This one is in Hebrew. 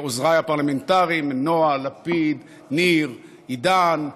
עוזריי הפרלמנטריים נועה, לפיד, ניר, עידן,